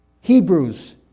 Hebrews